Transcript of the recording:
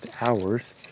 hours